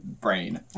brain